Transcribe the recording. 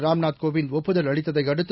ராம்நாத் கோவிந்த ஒப்புதல் அளித்ததை அடுத்து